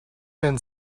and